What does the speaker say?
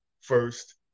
first